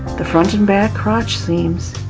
the front and back crotch seams,